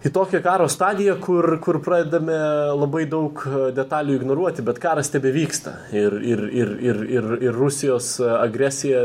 į tokią karo stadiją kur kur pradedame labai daug detalių ignoruoti bet karas tebevyksta ir ir ir ir ir ir rusijos agresija